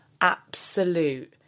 absolute